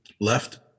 left